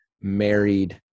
married